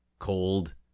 cold